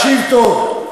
תקשיב טוב.